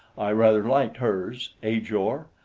i rather liked hers ajor!